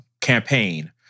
campaign